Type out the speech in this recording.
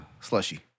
slushy